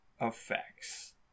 effects